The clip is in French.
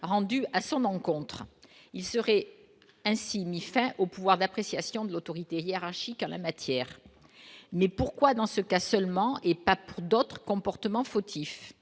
rendue à son encontre, il serait ainsi mis fin au pouvoir d'appréciation de l'autorité hiérarchique à la matière mais pourquoi dans ce cas seulement, et pas pour d'autres comportements fautifs,